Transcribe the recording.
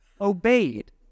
obeyed